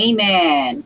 Amen